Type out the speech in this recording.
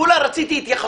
כולה רציתי התייחסות.